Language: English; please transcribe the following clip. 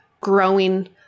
growing